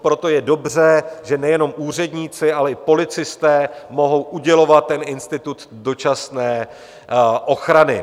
Proto je dobře, že nejenom úředníci, ale i policisté mohou udělovat ten institut dočasné ochrany.